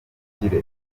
bukire